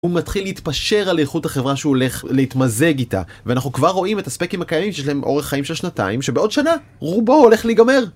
הוא מתחיל להתפשר על איכות החברה שהוא הולך להתמזג איתה ואנחנו כבר רואים את הספקים הקיימים שיש להם באורך חיים של שנתיים שבעוד שנה רובם הולך להיגמר